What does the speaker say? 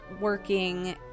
working